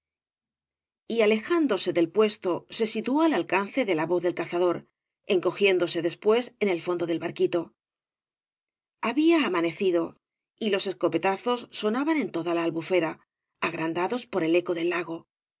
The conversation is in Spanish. y alejándose del puesto se situó al alcance de la voz del cazador encogiéndose después en el fondo del barquito había amanecido y los escopetazos sonaban en toda la albufera agrandados por el eco del lago